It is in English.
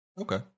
Okay